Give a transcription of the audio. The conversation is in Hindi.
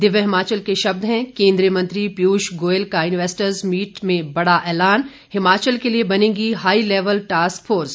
दिव्य हिमाचल के शब्द हैं केंद्रीय मंत्री पीयूष गोयल का इन्वेस्टर्स मीट में बड़ा ऐलान हिमाचल के लिए बनेगी हाई लेवल टास्क फोर्स